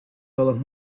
todos